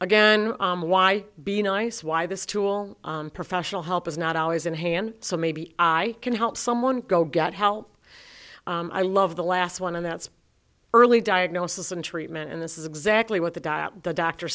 again why be nice why this tool professional help is not always in hand so maybe i can help someone go get help i love the last one and that's early diagnosis and treatment and this is exactly what the doctor